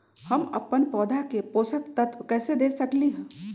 हम अपन पौधा के पोषक तत्व कैसे दे सकली ह?